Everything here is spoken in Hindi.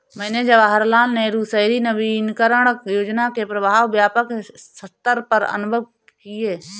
मैंने जवाहरलाल नेहरू शहरी नवीनकरण योजना के प्रभाव व्यापक सत्तर पर अनुभव किये थे